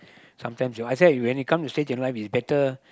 sometime you know I said when you said come to stage in life is better